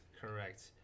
Correct